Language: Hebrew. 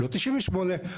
לא 98%,